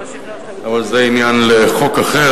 אבל זה עניין לחוק אחר,